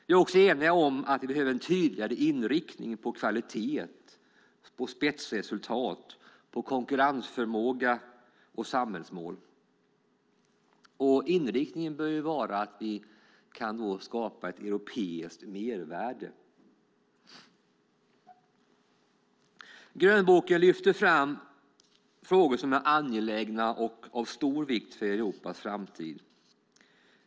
Vi är också eniga om att vi behöver en tydligare inriktning på kvalitet, spetsresultat, konkurrensförmåga och samhällsmål. Inriktningen bör vara att skapa ett europeiskt mervärde. Grönboken lyfter fram frågor som är angelägna och av stor vikt för Europas framtid.